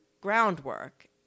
groundwork